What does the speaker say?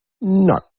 No